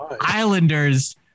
Islanders